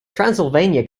transylvania